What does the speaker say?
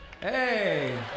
Hey